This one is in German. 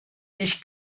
ich